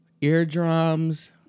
eardrums